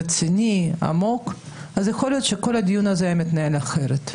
רציני ועמוק ויכול להיות שכל הדיון הזה היה מתנהל אחרת.